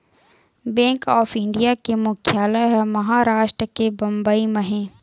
bank of India के मुख्यालय ह महारास्ट के बंबई म हे